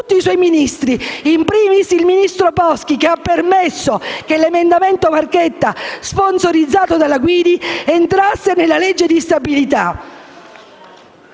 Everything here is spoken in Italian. tutti i suoi ministri, *in primis* il ministro Boschi che ha permesso che l'emendamento marchetta sponsorizzato dalla Guidi entrasse nella legge di stabilità.